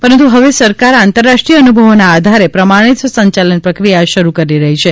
પરંતુ હવે સરકાર આંતરરાષ્ટ્રીય અનુભવોના આધારે પ્રમાણિત સંચાલન પ્રક્રિયા શરૂ કરી રહી છે